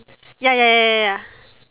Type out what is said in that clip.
ya ya ya ya ya